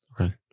Okay